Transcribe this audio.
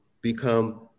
become